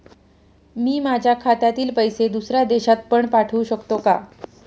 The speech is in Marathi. मी माझ्या खात्यातील पैसे दुसऱ्या देशात पण पाठवू शकतो का?